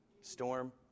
storm